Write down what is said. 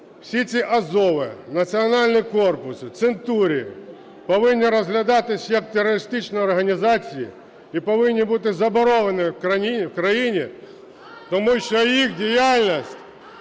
Всі ці "азови", "національні корпуси", "центурії" повинні розглядатися як терористичні організації і повинні бути забороненими в країні, тому що їх діяльність